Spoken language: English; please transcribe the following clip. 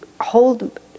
hold